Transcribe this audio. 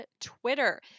Twitter